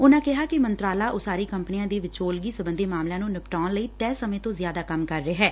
ਉਨ੍ਹਾ ਕਿਹਾ ਕਿ ਮੰਤਰਾਲਾ ਉਸਾਰੀ ਕੰਪਨੀਆਂ ਦੇ ਵਿਚੋਲਗੀ ਸਬੰਧੀ ਮਾਮਲਿਆਂ ਨੂੰ ਨਿਪਟਾਉਣ ਲਈ ਤੈਅ ਸਮੇਂ ਤੋਂ ਜ਼ਿਆਦਾ ਕੰਮ ਕਰ ਰਿਹੈ